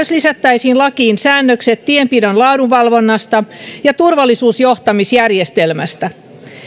lisättäisiin lakiin säännökset tienpidon laadunvalvonnasta ja turvallisuusjohtamisjärjestelmästä